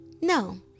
No